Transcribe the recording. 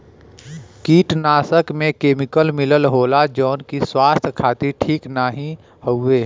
कीटनाशक में केमिकल मिलल होला जौन की स्वास्थ्य खातिर ठीक नाहीं हउवे